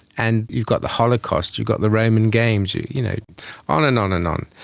and you've got the holocaust, you've got the roman games, yeah you know on and on and on,